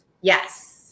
Yes